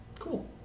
Cool